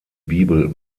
bibel